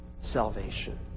salvation